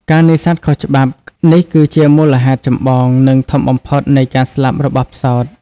ការនេសាទខុសច្បាប់ នេះគឺជាមូលហេតុចម្បង និងធំបំផុតនៃការស្លាប់របស់ផ្សោត។